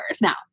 Now